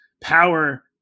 power